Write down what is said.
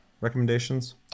Recommendations